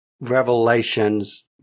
Revelations